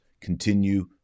continue